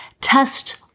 test